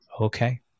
Okay